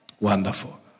Wonderful